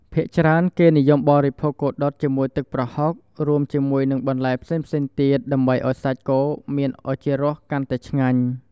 ភាគច្រើន គេនិយមបរិភោគគោដុតជាមួយទឹកប្រហុក រួមផ្សំជាមួយនឹងបន្លែផ្សេងៗទៀត ដើម្បីឱ្យសាច់គោមានឱជារសកាន់តែឆ្ងាញ់។